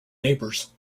neighbors